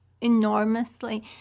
enormously